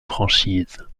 franchises